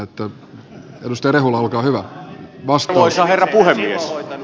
edustaja rehula olkaa hyvä vastaus